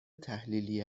تحلیلی